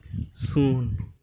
ᱥᱩᱱ